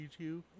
YouTube